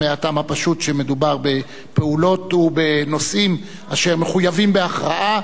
מהטעם הפשוט שמדובר בפעולות ובנושאים אשר מחויבים בהכרעה,